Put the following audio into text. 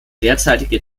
derzeitige